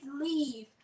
leave